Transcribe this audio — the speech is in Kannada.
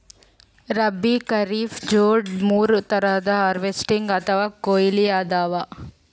ರಬ್ಬೀ, ಖರೀಫ್, ಝೆಡ್ ಮೂರ್ ಥರದ್ ಹಾರ್ವೆಸ್ಟಿಂಗ್ ಅಥವಾ ಕೊಯ್ಲಿ ಅದಾವ